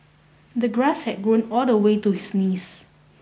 the grass had grown all the way to his knees